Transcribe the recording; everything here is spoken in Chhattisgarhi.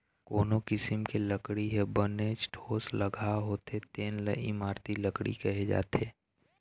कोनो किसम के लकड़ी ह बनेच ठोसलगहा होथे तेन ल इमारती लकड़ी कहे जाथे